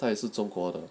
他也是中国的